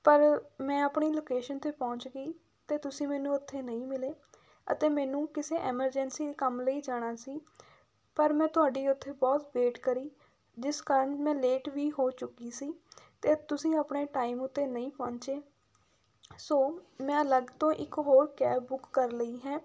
ਪਰ ਮੈਂ ਆਪਣੀ ਲੋਕੇਸ਼ਨ 'ਤੇ ਪਹੁੰਚ ਗਈ ਅਤੇ ਤੁਸੀਂ ਮੈਨੂੰ ਉੱਥੇ ਨਹੀਂ ਮਿਲੇ ਅਤੇ ਮੈਨੂੰ ਕਿਸੇ ਐਮਰਜੈਂਸੀ ਕੰਮ ਲਈ ਜਾਣਾ ਸੀ ਪਰ ਮੈਂ ਤੁਹਾਡੀ ਉੱਥੇ ਬਹੁਤ ਵੇਟ ਕਰੀ ਜਿਸ ਕਾਰਨ ਮੈਂ ਲੇਟ ਵੀ ਹੋ ਚੁੱਕੀ ਸੀ ਅਤੇ ਤੁਸੀਂ ਆਪਣੇ ਟਾਈਮ ਉੱਤੇ ਨਹੀਂ ਪਹੁੰਚੇ ਸੋ ਮੈਂ ਅਲੱਗ ਤੋਂ ਇੱਕ ਹੋਰ ਕੈਬ ਬੁੱਕ ਕਰ ਲਈ ਹੈ